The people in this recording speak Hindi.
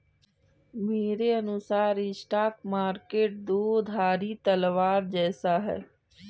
मेरे अनुसार स्टॉक मार्केट दो धारी तलवार जैसा है